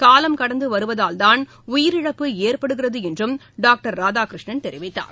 காலம் கடந்து வருவதால்தான் உயிரிழப்பு ஏற்படுகிறது என்றும் டாக்டர் ராதாகிருஷ்ணன் தெரிவித்தார்